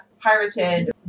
pirated